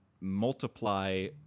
multiply